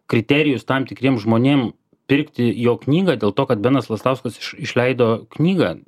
kriterijus tam tikriems žmonėm pirkti jo knygą dėl to kad benas lastauskas iš išleido knygą